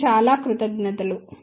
మీకు చాలా కృతజ్ఞతలు